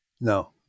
No